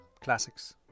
classics